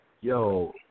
yo